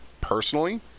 personally